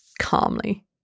calmly